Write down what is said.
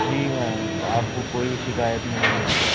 جی ma'am آپ کو کوئی شکایت نہیں ملے گی